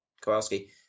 Kowalski